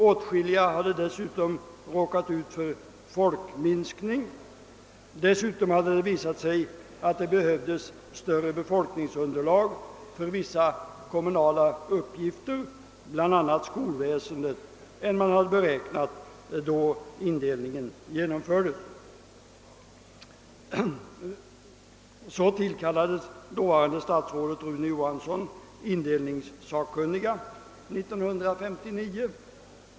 Åtskilliga av dem har dessutom råkat ut för folkminskning. Dessutom hade det visat sig att det behövdes större befolkningsunderlag för vissa kommunala uppgifter, bl.a. skolväsendet, än man hade beräknat då indelningen genomfördes. Dåvarande statsrådet Rune Johansson tillkallade så 1959 indelningssakkunniga.